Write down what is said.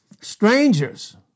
Strangers